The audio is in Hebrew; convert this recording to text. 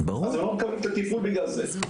אז הם לא מקבלים את הטיפול בגלל זה.